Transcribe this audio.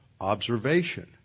observation